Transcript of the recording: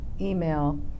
email